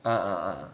uh uh uh uh